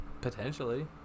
Potentially